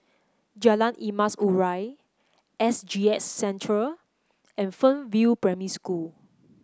Jalan Emas Urai S G S Centre and Fernvale Primary School